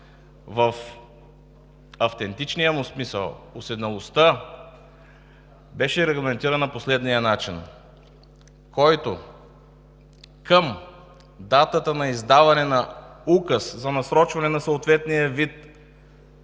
в автентичния ѝ смисъл беше регламентирана по следния начин: който към датата на издаване на указ за насрочване на съответния вид избори,